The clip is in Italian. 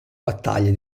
battaglia